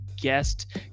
guest